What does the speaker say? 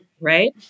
Right